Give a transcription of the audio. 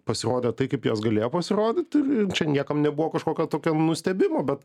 pasirodė tai kaip jos galėjo pasirodyti čia niekam nebuvo kažkokio tokio nustebimo bet